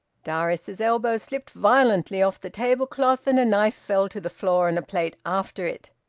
darius's elbow slipped violently off the tablecloth, and a knife fell to the floor and a plate after it.